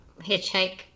hitchhike